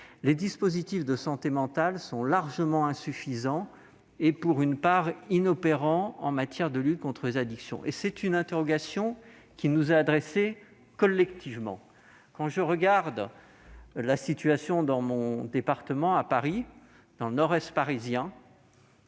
les dispositifs de santé mentale sont largement insuffisants et partiellement inopérants en matière de lutte contre les addictions. C'est une interrogation qui nous est adressée collectivement. Ainsi, quand je regarde la situation dans mon département de Paris, plus précisément dans le nord-est parisien,